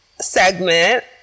segment